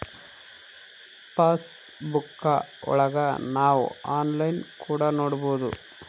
pass book ಒಳಗ ನಾವ್ online ಕೂಡ ನೊಡ್ಬೋದು